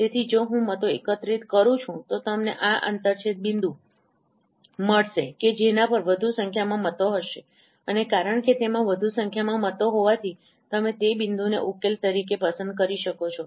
તેથી જો હું મતો એકત્રિત કરું છું તો તમને આ આંતરછેદ બિંદુ મળશે કે જેના પર વધુ સંખ્યામાં મતો હશે અને કારણ કે તેમાં વધુ સંખ્યા માં મતો હોવાથી તમે તે બિંદુને ઉકેલ તરીકે પસંદ કરી શકો છો